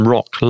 Rock